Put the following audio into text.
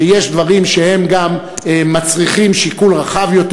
שיש דברים שהם גם מצריכים שיקול רחב יותר,